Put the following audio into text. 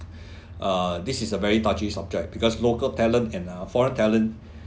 uh this is a very touchy subject because local talent and uh foreign talent